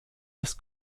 des